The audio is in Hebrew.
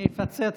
אני אפצה אותך.